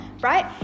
Right